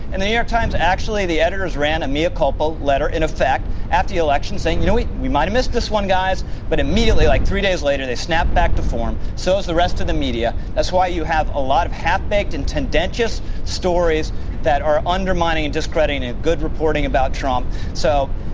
and the new york times, actually, the editors ran a mea culpo letter in affect after the election saying, you know, we we might have missed this one guys. but immediately, like three days later, they snapped back to form. so, has the rest of the media. that's why you have a lot of half-baked and tendentious stories that are undermining and discrediting a good reporting about trump. so,